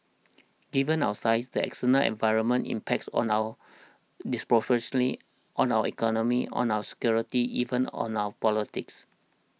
given our size the external environment impacts on our disproportionately on our economy on our security even on our politics